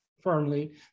firmly